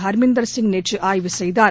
ஹர்மந்தர் சிங் நேற்று ஆய்வு செய்தார்